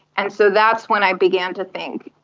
and so that's when i began to think,